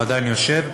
ועדיין יושב,